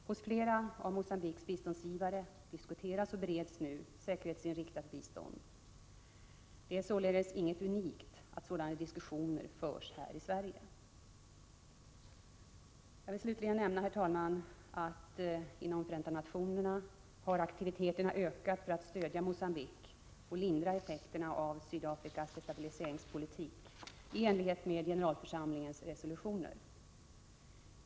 Hos flera av Mogambiques biståndsgivare diskuteras och bereds nu säkerhetsinriktat bistånd. Det är således inget unikt att sådana diskussioner förs här i Sverige. Jag vill slutligen nämna, herr talman, att aktiviteterna inom Förenta nationerna har ökat för att stödja Mogambique och lindra effekterna av Sydafrikas destabiliseringspolitik i enlighet med generalförsamlingens resolutioner.